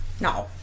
No